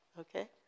okay